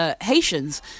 Haitians